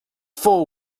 four